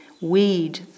weed